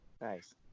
Nice